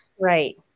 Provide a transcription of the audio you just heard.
Right